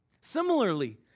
Similarly